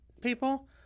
people